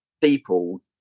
people